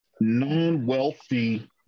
non-wealthy